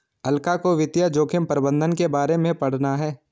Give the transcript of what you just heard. अलका को वित्तीय जोखिम प्रबंधन के बारे में पढ़ना है